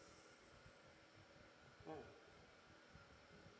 mm